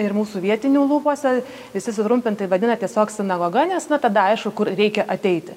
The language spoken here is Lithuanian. ir mūsų vietinių lūpose visi sutrumpintai vadina tiesiog sinagoga nes nu tada aišku kur reikia ateiti